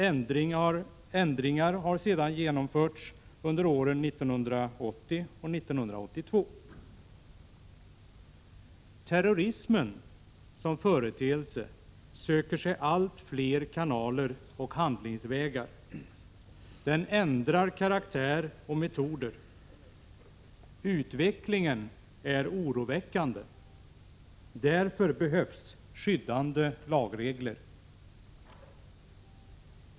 Ändringar har sedan införts under åren 1980 och 1982. Terrorismen söker sig allt fler kanaler och handlingsvägar. Den ändrar karaktär och metoder. Utvecklingen är oroväckande. Därför behövs skyddande lagregler.